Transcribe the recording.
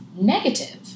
negative